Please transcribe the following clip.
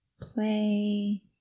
play